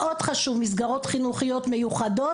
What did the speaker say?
מאוד חשוב מסגרות חינוך מיוחדות,